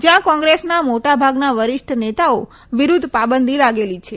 જ્યાં કોંગ્રેસના મોટાભાગના વરિષ્ઠ નેતાઓ વિરુદ્ધ પાબંદી લાગેલી છે